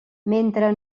mentre